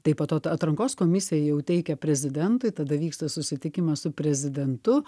tai po to atrankos komisija jau teikia prezidentui tada vyksta susitikimas su prezidentu